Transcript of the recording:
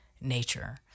nature